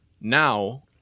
now